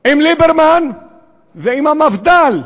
עם ליברמן ועם המפד"ל,